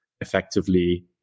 effectively